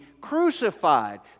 crucified